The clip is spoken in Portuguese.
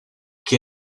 que